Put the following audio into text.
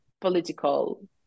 political